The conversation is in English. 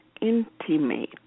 intimate